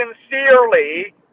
sincerely